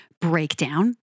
breakdown